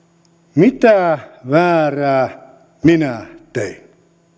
mitä väärää minä tein